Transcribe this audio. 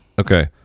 Okay